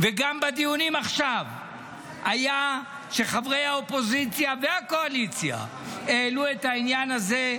גם בדיונים עכשיו חברי האופוזיציה והקואליציה העלו את העניין הזה,